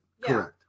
Correct